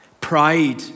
Pride